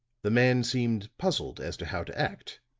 the man seemed puzzled as to how to act.